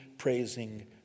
praising